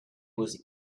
was